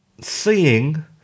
seeing